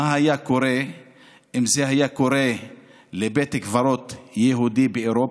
מה היה קורה אם זה היה קורה לבית קברות יהודי באירופה.